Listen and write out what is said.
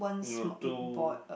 no two